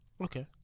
Okay